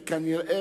וכנראה,